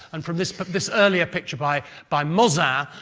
and from this but this earlier picture by by mozin,